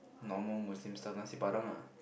normal Muslim stuff Nasi-Padang lah